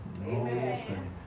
Amen